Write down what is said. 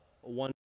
one